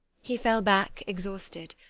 he fell back exhausted,